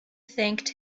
thanked